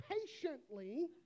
patiently